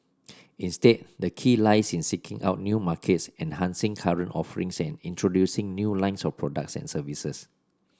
instead the key lies in seeking out new markets enhancing current offerings and introducing new lines of products and services